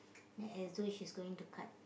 as though she's going to cut